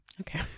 Okay